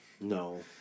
No